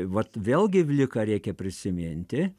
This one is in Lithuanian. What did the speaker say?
vat vėlgi vliką reikia prisiminti